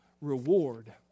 reward